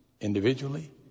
individually